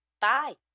Bye